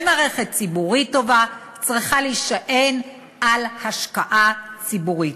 ומערכת ציבורית טובה צריכה להישען על השקעה ציבורית.